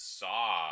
saw